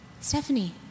Stephanie